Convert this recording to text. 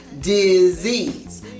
Disease